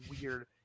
weird